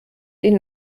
den